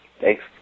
Thanks